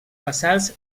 basals